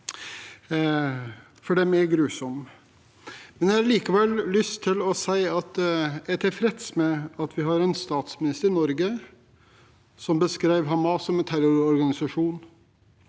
for de er grusomme. Jeg har likevel lyst til å si at jeg er tilfreds med at vi har en statsminister i Norge som beskrev Hamas som en terrororganisasjon.